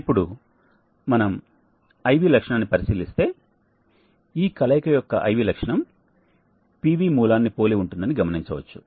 ఇప్పుడు మనం IV లక్షణాన్ని పరిశీలిస్తే ఈ కలయిక యొక్క I V లక్షణం PVమూలాన్ని పోలి ఉంటుందని గమనించ వచ్చు